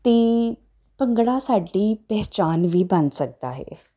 ਅਤੇ ਭੰਗੜਾ ਸਾਡੀ ਪਹਿਚਾਣ ਵੀ ਬਣ ਸਕਦਾ ਹੈ